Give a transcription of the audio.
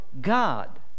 God